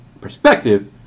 perspective